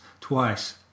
twice